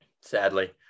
Sadly